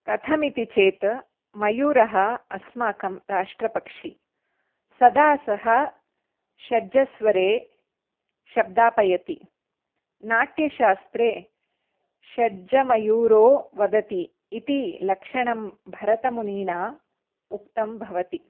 कथम् इति चेत् मयूरः अस्माकं राष्ट्रपक्षी सदा सः षट्जस्वरे शब्दापयति नाट्यशास्त्रे षट्जमयूरो वदति इति लक्षणं भरतमुनिना उक्तं भवति